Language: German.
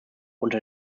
unter